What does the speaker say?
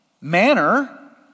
manner